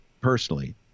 personally